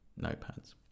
notepads